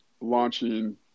launching